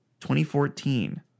2014